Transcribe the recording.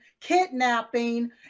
kidnapping